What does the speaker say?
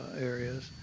areas